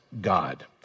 God